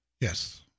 Yes